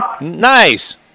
Nice